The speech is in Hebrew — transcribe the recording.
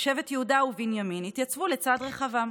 ושבט יהודה ובנימין התייצבו לצד רחבעם.